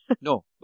No